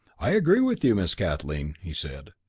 i agree with you, miss kathleen, he said.